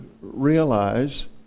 realize